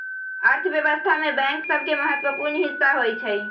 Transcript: अर्थव्यवस्था में बैंक सभके महत्वपूर्ण हिस्सा होइ छइ